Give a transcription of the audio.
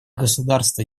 государство